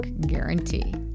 guarantee